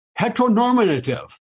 Heteronormative